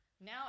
Now